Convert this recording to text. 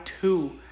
two